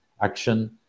action